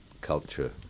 culture